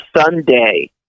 Sunday